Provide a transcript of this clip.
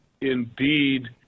indeed